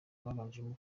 babanjemo